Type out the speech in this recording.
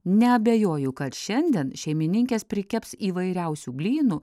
neabejoju kad šiandien šeimininkės prikeps įvairiausių blynų